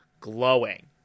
glowing